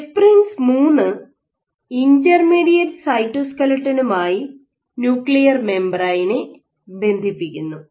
nesprins 3 intermediate സൈറ്റോസ്ക്ലെട്ടനുമായി nuclear മെംബ്രയ്നെ ബന്ധിപ്പിക്കുന്നു